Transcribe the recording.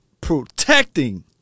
protecting